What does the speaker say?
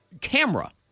camera